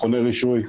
מכוני רישוי.